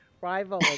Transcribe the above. rival